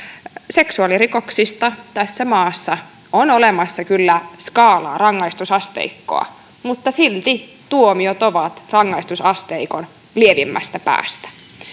seksuaalirikoksista tässä maassa on olemassa kyllä skaalaa rangaistusasteikkoa mutta silti tuomiot ovat rangaistusasteikon lievimmästä päästä